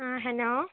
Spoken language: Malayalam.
ആ ഹലോ